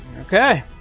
Okay